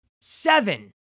Seven